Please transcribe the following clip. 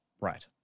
Right